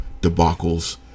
debacles